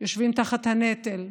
קורסים תחת הנטל,